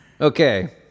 Okay